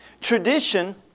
Tradition